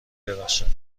ببخشد